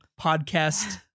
podcast